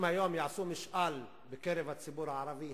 אם היום יעשו משאל בקרב הציבור הערבי,